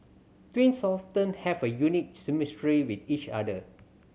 twins often have a unique chemistry with each other